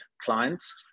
clients